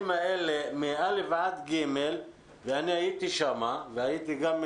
שם יש חוסר דרסטי בתשתיות,